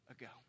ago